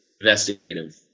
investigative